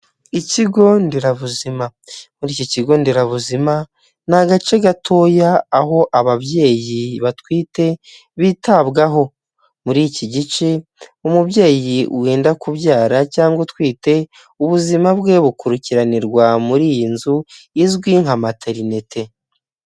Ikigo nderabuzima, muri iki kigo nderabuzima ni agace gatoya aho ababyeyi batwite bitabwaho, muri iki gice umubyeyi wenda kubyara cyangwa utwite ubuzima bwe bukurikiranirwa muri iyi nzu, izwi nka materinite.